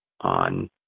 on